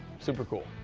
super cool.